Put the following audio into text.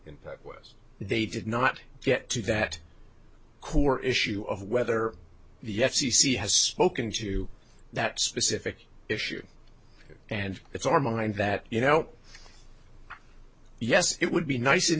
that was they did not get to that core issue of whether the f c c has spoken to that specific issue and it's our mind that you know yes it would be nice and